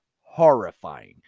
horrifying